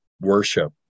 worship